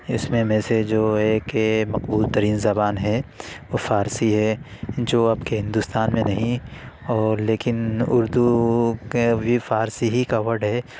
اس میں میں سے جو ایک مقبول ترین زبان ہے وہ فارسی ہے جو اب کے ہندوستان میں نہیں اور لیکن اردو کا بھی فارسی ہی کا ورڈ ہے